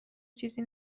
چیزی